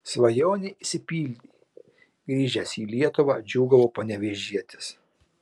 svajonė išsipildė grįžęs į lietuvą džiūgavo panevėžietis